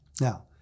Now